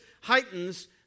heightens